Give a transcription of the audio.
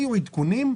היו עדכונים,